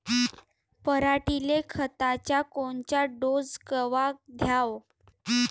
पऱ्हाटीले खताचा कोनचा डोस कवा द्याव?